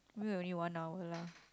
anyway we only one hour lah